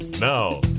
Now